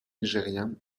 nigérian